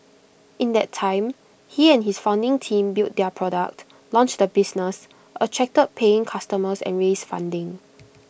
in that time he and his founding team built their product launched the business attracted paying customers and raised funding